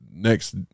next